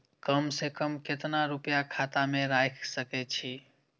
कम से कम केतना रूपया खाता में राइख सके छी?